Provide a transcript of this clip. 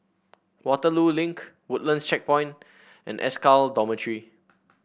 Waterloo Link Woodlands Checkpoint and SCAL Dormitory